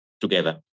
together